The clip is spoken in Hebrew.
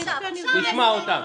כן, יש פה ארגוני נוער ערבים.